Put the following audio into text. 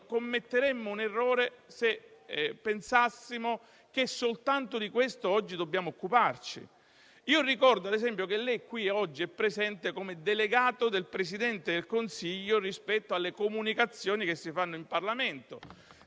commetteremmo un errore se pensassimo che soltanto di questo oggi dobbiamo occuparci. Ricordo, ad esempio, che lei qui oggi è presente come delegato del Presidente del Consiglio rispetto alle comunicazioni che si fanno in Parlamento,